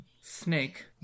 Snake